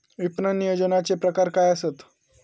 विपणन नियोजनाचे प्रकार काय आसत?